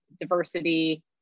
diversity